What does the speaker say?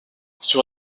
sur